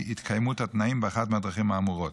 התקיימות התנאים באחת מהדרכים האמורות.